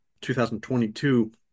2022